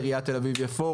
עיריית תל אביב-יפו,